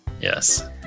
Yes